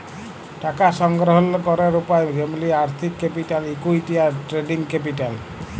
টাকা সংগ্রহল ক্যরের উপায় যেমলি আর্থিক ক্যাপিটাল, ইকুইটি, আর ট্রেডিং ক্যাপিটাল